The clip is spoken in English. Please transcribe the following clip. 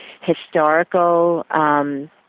historical